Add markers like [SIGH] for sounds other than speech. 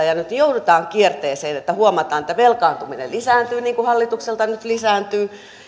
[UNINTELLIGIBLE] ja nyt niin joudutaan kierteeseen että huomataan että velkaantuminen lisääntyy niin kuin hallitukselta nyt lisääntyy